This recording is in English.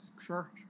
sure